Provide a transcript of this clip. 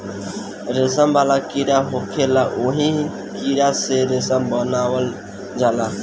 रेशम वाला कीड़ा होखेला ओही कीड़ा से रेशम बनावल जाला